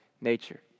nature